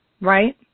Right